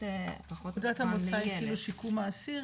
נקודת המוצא היא שיקום האסיר,